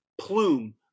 plume